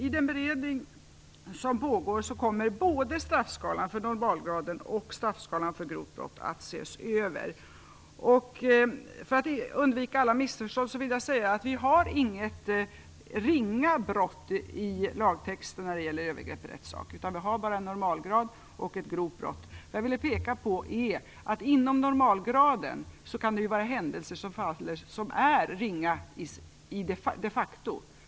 I den beredning som pågår kommer både straffskalan för brott av normalgraden och straffskalan för grovt brott att ses över. För att undvika alla missförstånd, vill jag säga att ringa brott inte finns i lagtexten när det gäller övergrepp i rättssak, utan det finns bara brott av normalgrad och grovt brott. Vad jag vill peka på är att det inom normalgraden kan vara fråga om händelser som de facto är ringa.